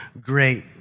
great